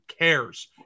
cares